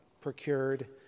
procured